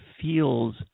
feels